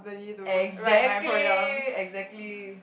exactly